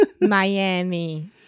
Miami